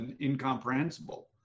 incomprehensible